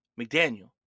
McDaniel